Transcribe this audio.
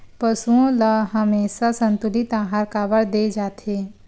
पशुओं ल हमेशा संतुलित आहार काबर दे जाथे?